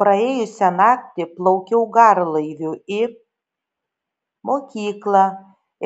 praėjusią naktį plaukiau garlaiviu į mokyklą